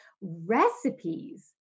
recipes